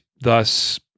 thus